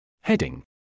Heading